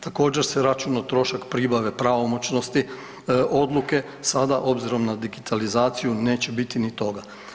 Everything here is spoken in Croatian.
Također se računao trošak pribave pravomoćnosti odluke, sada obzirom na digitalizaciju neće biti niti ni toga.